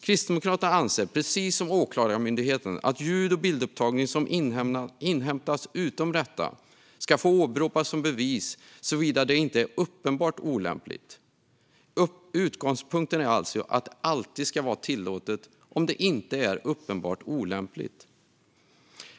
Kristdemokraterna anser, precis som Åklagarmyndigheten, att ljud och bildupptagning som inhämtats utom rätta ska få åberopas som bevis såvida det inte är uppenbart olämpligt. Utgångspunkten är alltså att det alltid ska vara tillåtet, om det inte är uppenbart olämpligt.